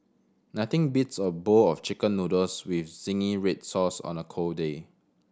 nothing beats a bowl of Chicken Noodles with zingy red sauce on a cold day